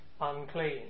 unclean